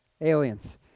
aliens